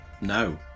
no